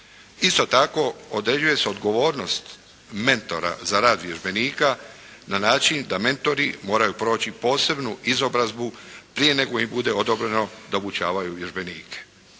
Isto tako određuje se odgovornost mentora za rad vježbenika na način da mentori moraju proći posebnu izobrazbu prije nego im bude odobreno da obučavaju vježbenike.